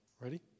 ready